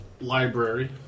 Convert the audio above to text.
library